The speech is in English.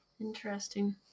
Interesting